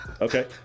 Okay